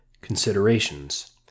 Considerations